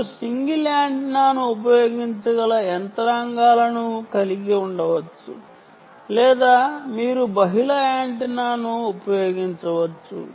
మీరు సింగిల్ యాంటెన్నాను ఉపయోగించగల యంత్రాంగాలను కలిగి ఉండవచ్చు లేదా మీరు బహుళ యాంటెన్నాను ఉపయోగించవచ్చు